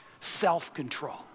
self-control